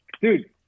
dude